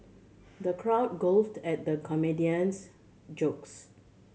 the crowd guffawed at the comedian's jokes